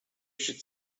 should